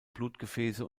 blutgefäße